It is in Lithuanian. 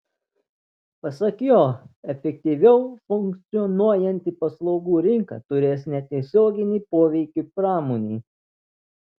pasak jo efektyviau funkcionuojanti paslaugų rinka turės netiesioginį poveikį pramonei